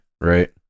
right